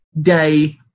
day